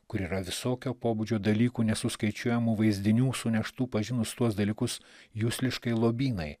kur yra visokio pobūdžio dalykų nesuskaičiuojamų vaizdinių suneštų pažinus tuos dalykus jusliškai lobynai